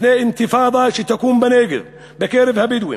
מפני אינתיפאדה שתקום בנגב, בקרב הבדואים.